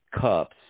cups